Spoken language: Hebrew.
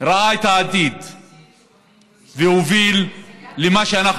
ועדת החינוך הוא יקדם את זה מהר